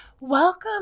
Welcome